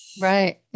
Right